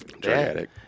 dramatic